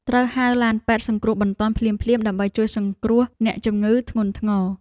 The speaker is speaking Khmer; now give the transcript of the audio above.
ត្រូវហៅឡានពេទ្យសង្គ្រោះបន្ទាន់ភ្លាមៗ ដើម្បីជួយសង្គ្រោះអ្នកជំងឺធ្ងន់ធ្ងរ។